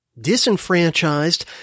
disenfranchised